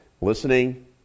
Listening